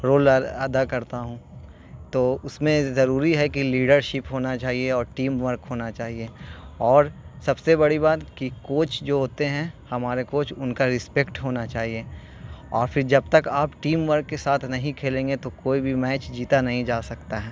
role ادا کرتا ہوں تو اس میں ضروری ہے کہ لیڈرشپ ہونا چاہیے اور ٹیم ورک ہونا چاہیے اور سب سے بڑی بات کہ کوچ جو ہوتے ہیں ہمارے کوچ ان کا رسپیکٹ ہونا چاہیے اور پھر جب تک آپ ٹیم ورک کے ساتھ نہیں کھیلیں گے تو کوئی بھی میچ جیتا نہیں جا سکتا ہے